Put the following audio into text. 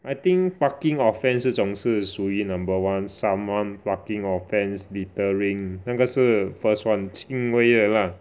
I think parking offense 这种是属于 number one saman parking offence deterring 那个是 first one 轻微的 lah